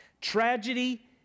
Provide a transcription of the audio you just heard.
Tragedy